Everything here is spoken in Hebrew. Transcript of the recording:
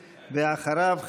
ואחריו,